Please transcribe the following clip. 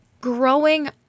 growing